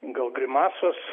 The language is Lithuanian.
gal grimasos